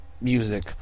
music